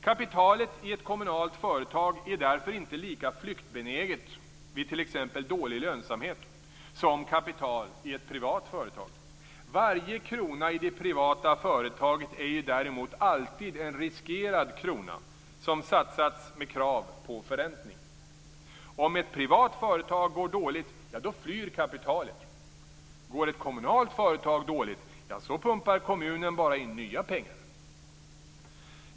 Kapitalet i ett kommunalt företag är därför inte lika flyktbenäget vid t.ex. dålig lönsamhet som kapital i ett privat företag. Varje krona i det privata företaget är däremot alltid en riskerad krona som satsats med krav på förräntning. Om ett privat företag går dåligt flyr kapitalet. Går ett kommunalt företag dåligt pumpar kommunen bara in nya pengar.